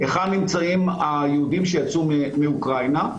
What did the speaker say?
היכן נמצאים היהודים שיצאו מאוקראינה,